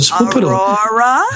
Aurora